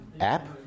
app